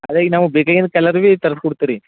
ನಾವು ಬೇಕಾಗಿಂದ ಕಲರ್ ಬಿ ತರಸ್ಕೊಡ್ತೆ ರೀ